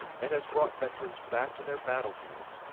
and has brought veterans back to their battlefields,